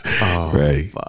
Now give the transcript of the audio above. Right